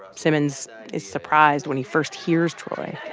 simmons is surprised when he first hears troy